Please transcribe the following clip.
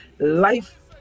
Life